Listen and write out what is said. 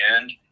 end